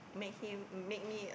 me him make me um